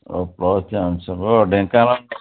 ଓ plus three ଆଚ୍ଛା ଓ ଢେଙ୍କାନାଳ